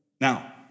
Now